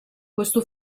questo